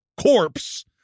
corpse